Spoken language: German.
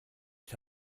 ich